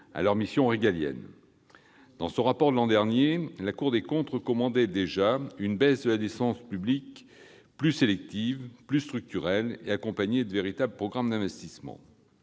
à leurs missions régaliennes. Dans son rapport de l'an dernier, la Cour des comptes recommandait déjà une baisse de la dépense publique plus sélective, plus structurelle et accompagnée de véritables programmes d'investissement.